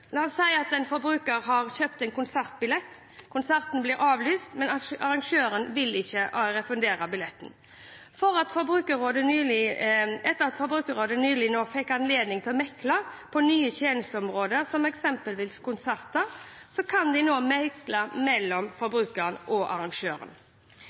La oss si at en forbruker har kjøpt en konsertbillett. Konserten blir avlyst, men arrangøren vil ikke refundere billetten. Etter at Forbrukerrådet nylig fikk anledning til å mekle på nye tjenesteområder som eksempelvis konserter, kan de nå mekle mellom